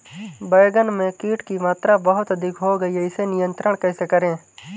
बैगन में कीट की मात्रा बहुत अधिक हो गई है इसे नियंत्रण कैसे करें?